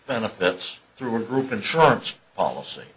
benefits through a group insurance policy